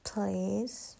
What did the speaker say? Please